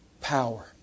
Power